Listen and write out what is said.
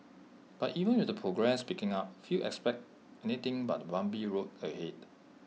but even with progress picking up few expect anything but A bumpy road ahead